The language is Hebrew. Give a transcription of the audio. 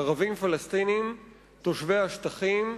ערבים פלסטינים תושבי השטחים,